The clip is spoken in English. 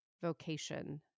vocation